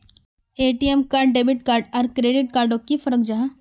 ATM card debit card आर credit card डोट की फरक जाहा?